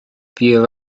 bureau